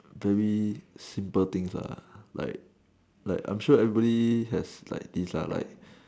very simple things lah like like I'm sure everybody has like things lah like